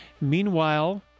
Meanwhile